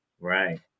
Right